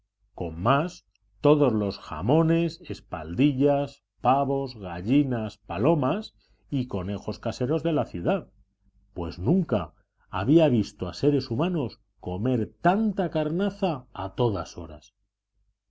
con más todos los jamones espaldillas pavos pollos gallinas palomas y conejos caseros de la ciudad pues nunca había visto a seres humanos comer tanta carnaza a todas horas